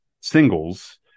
singles